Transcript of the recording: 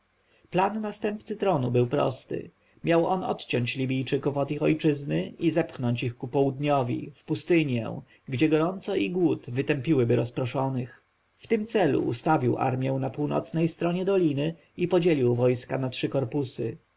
plan następcy tronu był prosty miał on odciąć libijczyków od ich ojczyzny i zepchnąć ku południowi w pustynię gdzie gorąco i głód wytępiłyby rozproszonych w tym celu ustawił armję na północnej stronie doliny i podzielił wojska na trzy korpusy